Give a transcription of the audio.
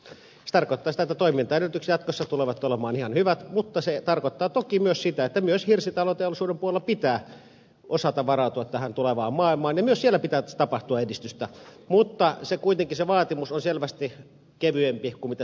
se tarkoittaa sitä että toimintaedellytykset jatkossa tulevat olemaan ihan hyvät mutta se tarkoittaa toki myös sitä että myös hirsitaloteollisuuden puolella pitää osata varautua tähän tulevaan maailmaan ja myös siellä pitää tapahtua edistystä mutta kuitenkin se vaatimus on selvästi kevyempi kuin mitä se on muussa rakentamisessa